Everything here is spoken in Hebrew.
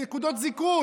אלה נקודות זיכוי.